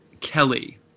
Kelly